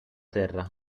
terra